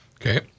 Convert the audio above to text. Okay